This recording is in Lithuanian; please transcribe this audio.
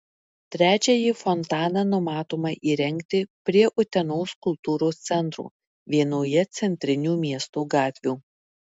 trečiąjį fontaną numatoma įrengti prie utenos kultūros centro vienoje centrinių miesto gatvių